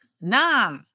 Nah